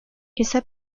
esa